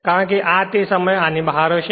કારણ કે આ તે સમયે આની બહાર હશે